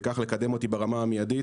וכך לקדם אותי ברמה המיידית.